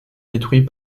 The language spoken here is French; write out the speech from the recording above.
détruit